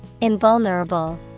Invulnerable